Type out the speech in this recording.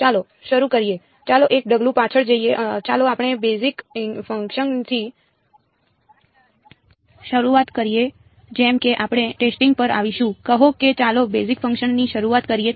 ચાલો શરુ કરીએ ચાલો એક ડગલું પાછળ જઈએ ચાલો આપણે બેઝિક ફંક્શન્સથી શરૂઆત કરીએ જેમ કે આપણે ટેસ્ટિંગ પર આવીશું કહો કે ચાલો બેઝિક ફંક્શન્સથી શરૂઆત કરીએ